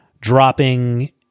dropping